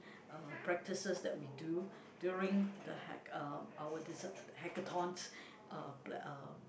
uh practices that we do during the hack uh our design Hacakatons uh pla~ uh